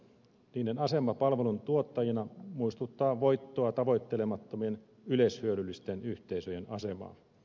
niiden asema palvelujen tuottajina muistuttaa voittoa tavoittelemattomien yleishyödyllisten yhteisöjen asemaa